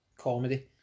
comedy